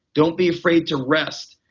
don't be afraid to rest.